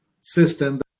system